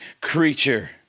creature